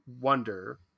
wonder